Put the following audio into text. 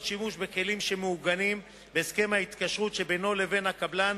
שימוש בכלים שמעוגנים בהסכם ההתקשרות שבינו לבין הקבלן,